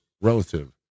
relative